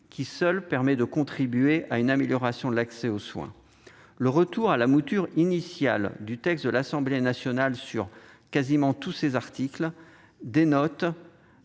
qui, seuls, permettent de contribuer à une amélioration de l'accès aux soins. Le retour à la mouture initiale du texte de l'Assemblée nationale sur presque tous ces articles témoigne